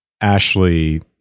ashley